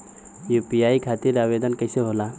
UPI खातिर आवेदन कैसे होला?